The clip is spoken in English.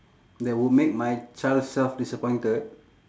that would make my child self disappointed